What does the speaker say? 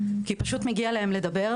כי פשוט מגיע להן לדבר,